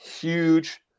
huge